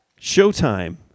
Showtime